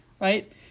Right